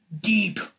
deep